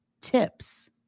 tips